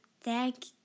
Thank